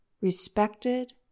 respected